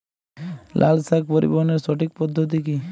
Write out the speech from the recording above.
লালশাক পরিবহনের সঠিক পদ্ধতি কি?